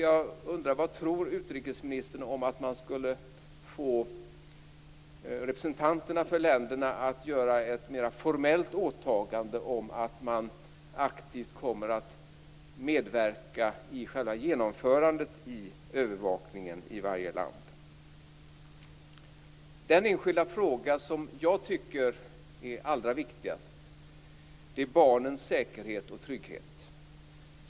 Vad tror utrikesministern om att få representanterna för länderna att göra ett mera formellt åtagande om att man aktivt kommer att medverka i själva genomförandet av övervakningen i varje land? Den enskilda fråga som jag tycker är allra viktigast är frågan om barnens säkerhet och trygghet.